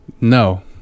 no